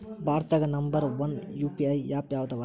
ಭಾರತದಾಗ number one UPI app ಯಾವದದ